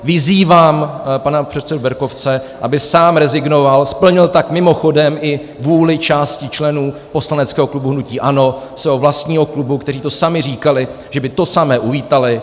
Vyzývám pana předsedu Berkovce, aby sám rezignoval, a splnil tak mimochodem i vůli části členů poslaneckého klubu hnutí ANO, svého vlastního klubu, kteří to samé říkali, že by to samé uvítali.